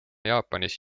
jaapanis